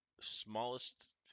smallest